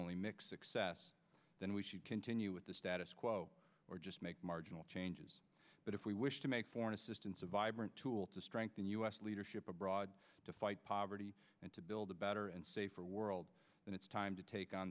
only mixed success then we should continue with the status quo or just make marginal changes but if we wish to make foreign assistance a vibrant tool to strengthen u s leadership abroad to fight poverty and to build a better and safer world and it's time to take on